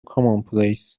commonplace